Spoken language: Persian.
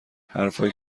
حرفهایی